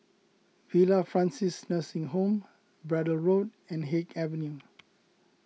Villa Francis Nursing Home Braddell Road and Haig Avenue